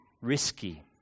risky